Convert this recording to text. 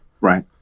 right